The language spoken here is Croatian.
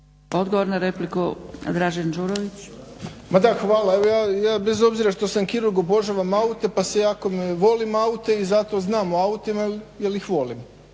Đurović. **Đurović, Dražen (HDSSB)** Ma da, hvala. Ja bez obzira što sam kirurg obožavam aute, jako volim aute i zato znam o autima jer ih volim